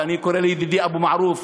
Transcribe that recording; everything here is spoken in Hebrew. ואני קורא לידידי אבו מערוף,